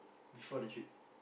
before the trip